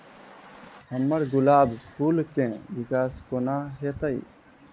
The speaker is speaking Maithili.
हम्मर गुलाब फूल केँ विकास कोना हेतै?